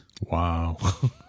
Wow